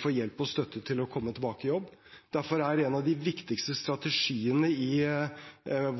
får hjelp og støtte til å komme tilbake i jobb. Derfor handler en av de viktigste strategiene i